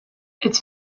its